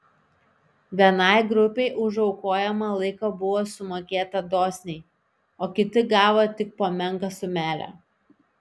vienai grupei už aukojamą laiką buvo sumokėta dosniai o kiti gavo tik po menką sumelę